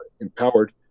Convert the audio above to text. empowered